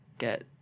get